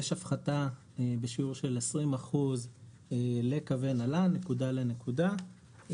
יש הפחתה בשיעור של 20% לקווי נל"ן נקודה לנקודה,